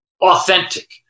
authentic